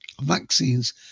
vaccines